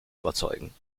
überzeugen